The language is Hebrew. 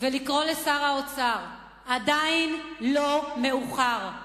ולקרוא לשר האוצר: עדיין לא מאוחר,